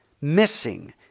missing